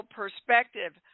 perspective